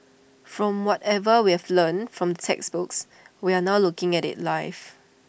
from whatever we've learnt from textbooks we're now looking at IT live